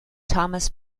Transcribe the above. thomas